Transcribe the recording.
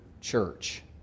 church